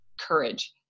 courage